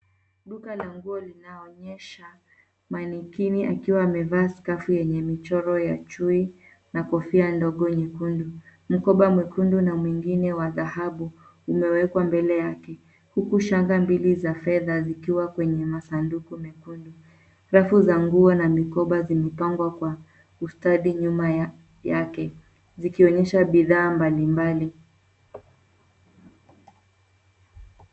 Duka la nguo linaonyesha manikini akiwa amevaa skafu yenye michoro ya chui na kofia ndogo nyekundu. Mkoba mwekundu na mwingine wa dhahabu umewekwa mbele yake. Huku shanga mbili za fedha zikiwa kwenye masanduku mekundu. Rafu za nguo na mikoba zimepangwa kwa ustadi nyuma yake. Zikionyesha bidhaa mbalimbali.